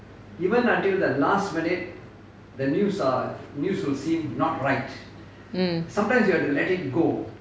mm